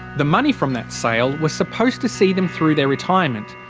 the money from that sale was supposed to see them through their retirement,